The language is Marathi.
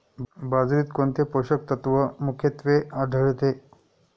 बाजरीत कोणते पोषक तत्व मुख्यत्वे आढळते?